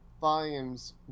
volumes